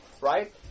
Right